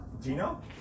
Gino